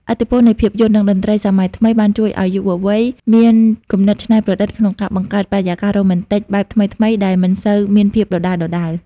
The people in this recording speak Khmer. ឥទ្ធិពលនៃភាពយន្ត និងតន្ត្រីសម័យថ្មី បានជួយឱ្យយុវវ័យមានគំនិតច្នៃប្រឌិតក្នុងការបង្កើតបរិយាកាសរ៉ូម៉ែនទិកបែបថ្មីៗដែលមិនសូវមានភាពដដែលៗ។